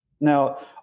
Now